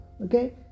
Okay